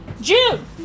June